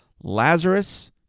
Lazarus